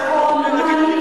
בתוך כלוב נאשמים,